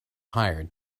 hired